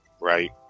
right